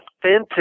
authentic